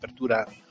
Apertura